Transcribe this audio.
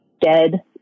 dead